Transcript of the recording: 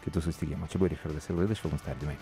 kitų susitikimų čia buvo richardas ir laida švelnūs tardymai